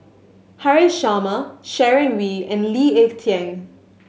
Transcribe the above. Haresh Sharma Sharon Wee and Lee Ek Tieng